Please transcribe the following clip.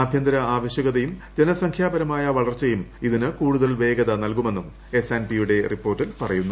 ആഭ്യന്തര ആവശ്യകതയും ജനസംഖ്യാപരമായ വളർച്ചയും ഇതിന് കൂടുതൽ വേഗത നൽകുമെന്നും എസ് ആന്റ് പി യുടെ റിപ്പോർട്ടിൽ പറയുന്നു